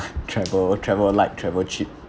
travel travel light travel cheap